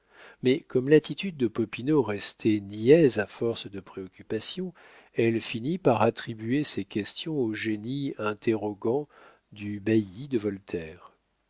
mais comme l'attitude de popinot restait niaise à force de préoccupation elle finit par attribuer ses questions au génie interrogant du bailli de voltaire